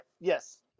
Yes